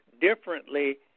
differently